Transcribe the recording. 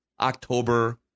October